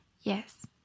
Yes